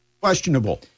questionable